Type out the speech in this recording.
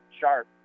Sharp